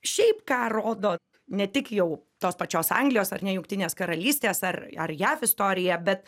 šiaip ką rodo ne tik jau tos pačios anglijos ar ne jungtinės karalystės ar ar jav istorija bet